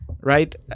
right